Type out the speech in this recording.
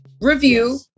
review